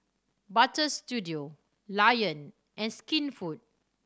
Butter Studio Lion and Skinfood